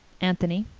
anthony,